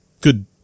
good